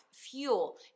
Fuel